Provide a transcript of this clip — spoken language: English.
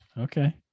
Okay